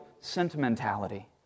sentimentality